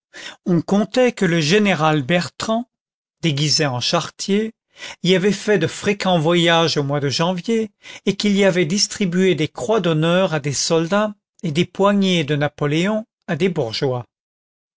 on contait que le général bertrand déguisé en charretier y avait fait de fréquents voyages au mois de janvier et qu'il y avait distribué des croix d'honneur à des soldats et des poignées de napoléons à des bourgeois